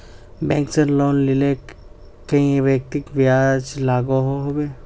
Bank से loan लिले कई व्यक्ति ब्याज लागोहो होबे?